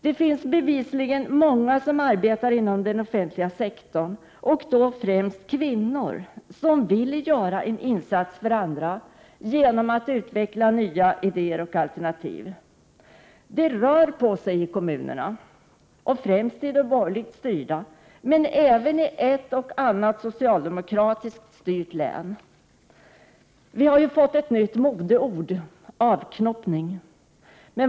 Det finns bevisligen många som arbetar inom den offentliga sektorn, och då främst kvinnor, som vill göra en insats för andra genom att utveckla nya idéer och alternativ. Det rör sig i kommunerna, främst i de borgerligt styrda, men även i ett och annat socialdemokratiskt styrt län. Vi har fått ett nytt modeord — avknoppning.